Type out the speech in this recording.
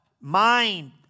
Mind